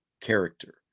character